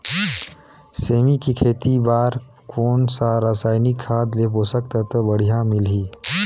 सेमी के खेती बार कोन सा रसायनिक खाद ले पोषक तत्व बढ़िया मिलही?